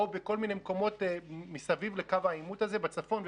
או בכל מיני מקומות מסביב לקו העימות הזה בצפון ובדרום,